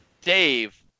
Dave